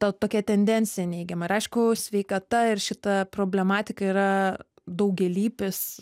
ta tokia tendencija neigiama ir aišku sveikata ir šita problematika yra daugialypis